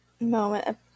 Moment